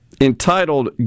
entitled